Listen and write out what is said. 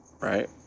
Right